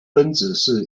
分子